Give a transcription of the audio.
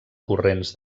corrents